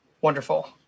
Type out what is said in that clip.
Wonderful